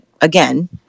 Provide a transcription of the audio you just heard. again